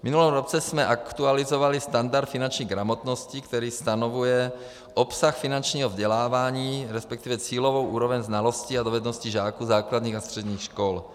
V minulém roce jsme aktualizovali standard finanční gramotnosti, který stanovuje obsah finančního vzdělávání, resp. cílovou úroveň znalostí a dovedností žáků základních a středních škol.